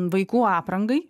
vaikų aprangai